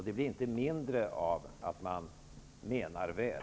Det blir inte mindre av att man menar väl.